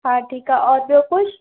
हा ठीकु आहे और ॿियों कुझु